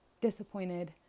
disappointed